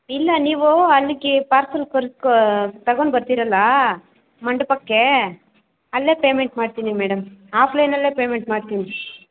ಇಲ್ಲ ನೀವು ಅಲ್ಲಿಗೆ ಪಾರ್ಸೆಲ್ ಕೊರಿಸ್ಕೊ ತೊಗೊಂಡು ಬರ್ತೀರಲ್ಲ ಮಂಟಪಕ್ಕೆ ಅಲ್ಲೇ ಪೇಮೆಂಟ್ ಮಾಡ್ತೀನಿ ಮೇಡಮ್ ಆಫ್ಲೈನಲ್ಲೇ ಪೇಮೆಂಟ್ ಮಾಡ್ತೀನಿ